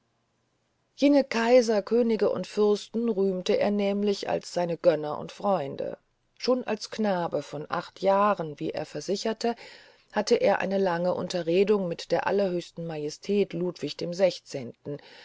jene kaiser könige und fürsten rühmte er nämlich als seine gönner und freunde schon als knabe von acht jahren wie er versicherte hatte er eine lange unterredung mit der höchstseligen majestät ludwig xvi